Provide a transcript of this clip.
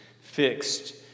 fixed